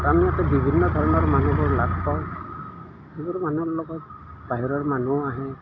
টাউনতে বিভিন্ন ধৰণৰ মানুহবোৰ লগ পাওঁ সেইবোৰ মানুহৰ লগত বাহিৰৰ মানুহো আহে